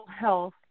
health